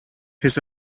his